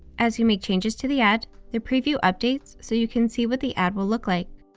as you make changes to the ad, the preview updates so you can see what the ad will look like.